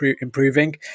improving